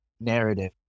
narrative